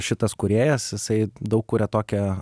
šitas kūrėjas jisai daug kuria tokią